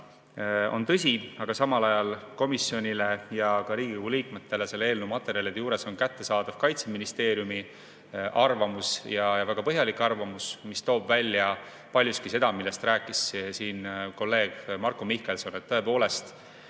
on tõsi, aga samal ajal komisjonile ja ka Riigikogu liikmetele selle eelnõu materjalide seas on kättesaadav Kaitseministeeriumi arvamus, ja väga põhjalik arvamus, mis toob välja paljuski seda, millest rääkis siin kolleeg Marko Mihkelson. Praegu